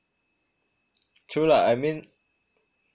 true lah I mean